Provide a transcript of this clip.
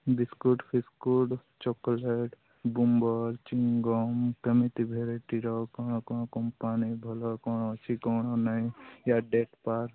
biscuit ଫିସ୍କୁଟ୍ chocolate Boomer chewing gum କେମିତି ଭେରାଇଟିର କ'ଣ କ'ଣ କମ୍ପାନୀ ଭଲ କ'ଣ ଅଛି କ'ଣ ନାଇଁ